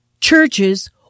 churches